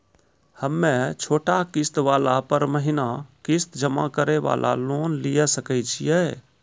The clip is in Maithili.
हम्मय छोटा किस्त वाला पर महीना किस्त जमा करे वाला लोन लिये सकय छियै?